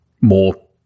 more